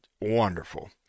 Wonderful